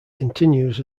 continues